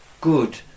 good